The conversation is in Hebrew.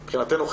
מבחינתנו,